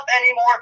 anymore